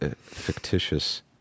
fictitious